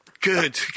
Good